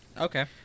Okay